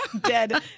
Dead